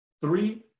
three